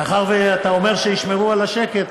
מאחר שאתה אומר שישמרו על השקט,